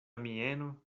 mieno